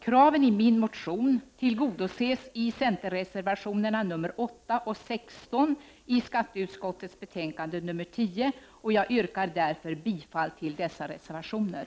Kraven i min motion tillgodoses i centerreservationerna nr 8 och 16 till skatteutskottets betänkande nr 10, och jag yrkar därför bifall till dessa reservationer.